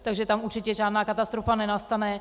Takže tam určitě žádná katastrofa nenastane.